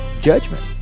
judgment